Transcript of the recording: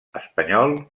espanyol